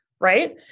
right